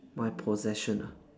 my possession ah